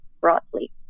broadly